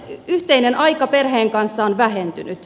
yhteinen aika perheen kanssa on vähentynyt